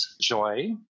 joy